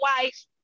wife